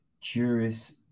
Juris